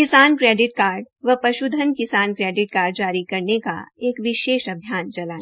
किसान credit card व पश्धन किसान क्रेडिट कार्ड जारी करने का एक विशेष अभियान चलाएं